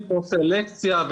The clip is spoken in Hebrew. ועשו סלקציה,